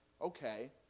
Okay